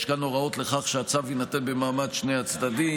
יש כאן הוראות לכך שהצו יינתן במעמד שני הצדדים.